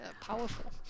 powerful